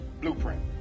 blueprint